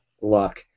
luck